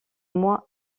moins